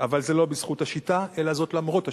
אבל זה לא בזכות השיטה אלא למרות השיטה.